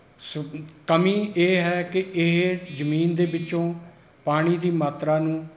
ਕਮੀ ਇਹ ਹੈ ਕਿ ਇਹ ਜ਼ਮੀਨ ਦੇ ਵਿੱਚੋਂ ਪਾਣੀ ਦੀ ਮਾਤਰਾ ਨੂੰ